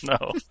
No